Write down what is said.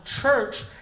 church